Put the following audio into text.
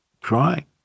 crying